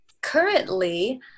currently